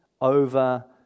over